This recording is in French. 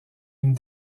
une